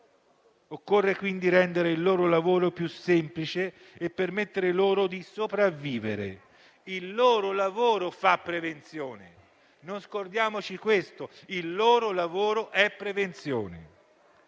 Occorre quindi rendere il loro lavoro più semplice, per permettere loro di sopravvivere. Il loro lavoro fa prevenzione: non scordiamoci che il loro lavoro è prevenzione.